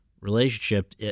relationship